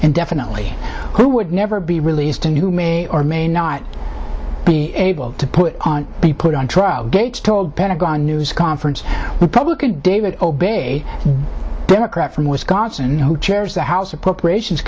indefinitely who would never be released and who may or may not be able to put be put on trial gates told pentagon news conference republican david obey democrat from wisconsin who chairs the house appropriations